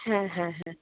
হ্যাঁ হ্যাঁ হ্যাঁ